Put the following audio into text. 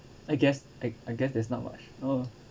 I guess I guess there's not much oh